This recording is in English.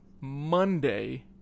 monday